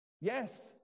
yes